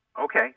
okay